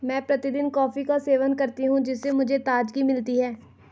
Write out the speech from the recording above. मैं प्रतिदिन कॉफी का सेवन करती हूं जिससे मुझे ताजगी मिलती है